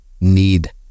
need